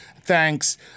Thanks